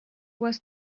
was